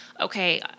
okay